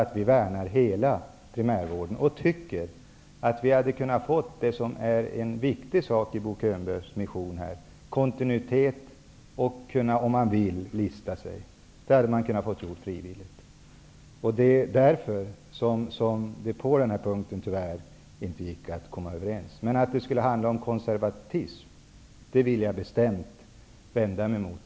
Vi vill värna hela primärvården. Vi tycker att vi hade kunnat få det som är en viktig sak i Bo Könbergs mission: Kontinuitet och möjligheten, om man vill, att lista sig. Det hade man kunnat få göra frivilligt. Det är därför som vi på denna punkt tyvärr inte kunde komma överens. Att det skulle handla om konservatism vill jag bestämt vända mig emot.